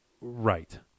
Right